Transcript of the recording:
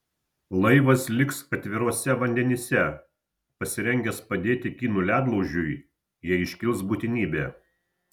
laivas liks atviruose vandenyse pasirengęs padėti kinų ledlaužiui jei iškils būtinybė